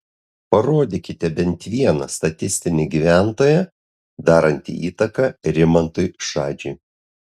parodykite bent vieną statistinį gyventoją darantį įtaką rimantui šadžiui